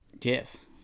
Yes